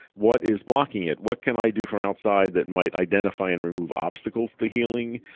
what is blocking it? what can i do from outside that might identify and remove obstacles to healing?